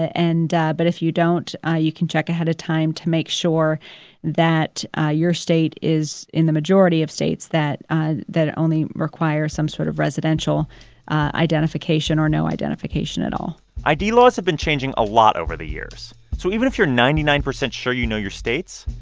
ah and but if you don't, ah you can check ahead of time to make sure that ah your state is in the majority of states that ah that only require some sort of residential identification or no identification at all id laws have been changing a lot over the years. so even if you're ninety nine percent sure you know your state's,